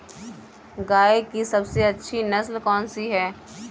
गाय की सबसे अच्छी नस्ल कौनसी है?